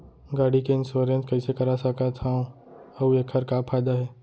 गाड़ी के इन्श्योरेन्स कइसे करा सकत हवं अऊ एखर का फायदा हे?